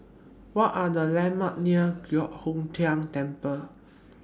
What Are The landmarks near Giok Hong Tian Temple